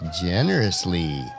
generously